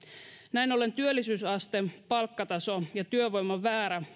näin ollen työllisyysaste palkkataso ja työvoiman määrä